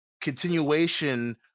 continuation